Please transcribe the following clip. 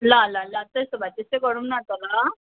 ल ल ल त्यसो भए त्यस्तै गरौँ न त ल